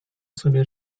sobie